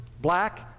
black